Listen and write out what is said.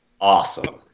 awesome